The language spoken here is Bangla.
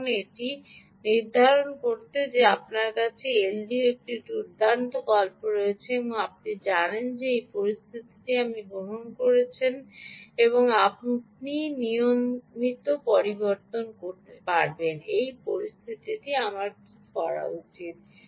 এখন এটি নির্ধারণ করতে যে আপনার কাছে এলডিওর একটি দুর্দান্ত গল্প আছে এবং আপনি জানেন যে এই পরিস্থিতিটি আপনি গ্রহণ করছেন আর আপনি নিয়মিত পরিবর্তন করতে পারবেন এই পরিস্থিতিতে আমার কী করা উচিত